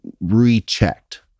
rechecked